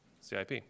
CIP